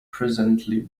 presently